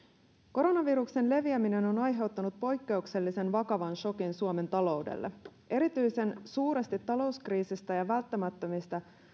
koronaviruksen leviäminen on aiheuttanut poikkeuksellisen vakavan sokin suomen taloudelle erityisen suuresti talouskriisistä ja välttämättömistä